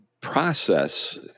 process